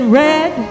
red